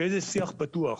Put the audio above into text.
שיהיה איזה שיח פתוח,